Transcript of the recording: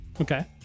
Okay